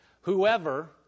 whoever